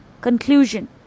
conclusion